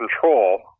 control